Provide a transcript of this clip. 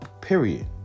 Period